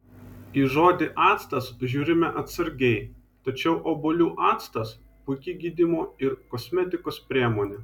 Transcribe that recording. į žodį actas žiūrime atsargiai tačiau obuolių actas puiki gydymo ir kosmetikos priemonė